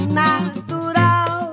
natural